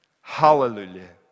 Hallelujah